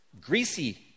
greasy